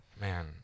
Man